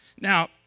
Now